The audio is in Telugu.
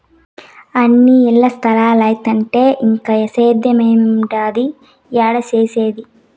అన్నీ ఇల్ల స్తలాలైతంటే ఇంక సేద్యేమేడుండేది, ఏడ సేసేది